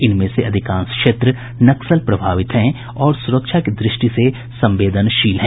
इनमें से अधिकांश क्षेत्र नक्सल प्रभावित हैं और सुरक्षा की दृष्टि से संवेदनशील हैं